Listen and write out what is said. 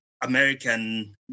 American